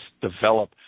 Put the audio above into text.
develop